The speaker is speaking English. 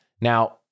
Now